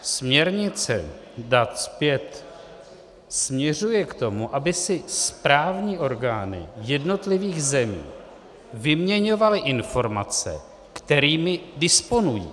Směrnice DAT 5 směřuje k tomu, aby si správní orgány jednotlivých zemí vyměňovaly informace, kterými disponují.